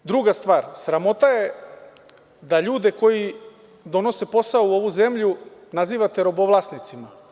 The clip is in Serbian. Druga stvar, sramota je da ljude koji donose posao u ovu zemlju nazivate robovlasnicima.